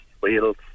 wheels